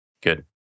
Good